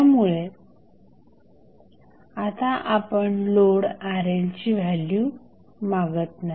त्यामुळे आता आपण लोड RL ची व्हॅल्यू मागत नाही